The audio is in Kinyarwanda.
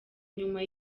nyuma